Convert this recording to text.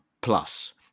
plus